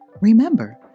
Remember